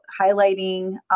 highlighting